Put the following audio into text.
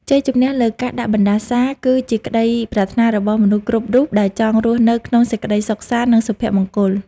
ជ័យជំនះលើការដាក់បណ្តាសាគឺជាក្តីប្រាថ្នារបស់មនុស្សគ្រប់រូបដែលចង់រស់នៅក្នុងសេចក្តីសុខសាន្តនិងសុភមង្គល។